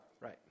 Right